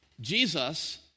Jesus